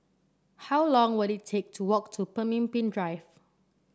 how long will it take to walk to Pemimpin Drive